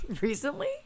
recently